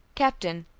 captain.